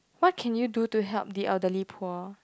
what can you do to help the elderly poor